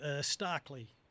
starkly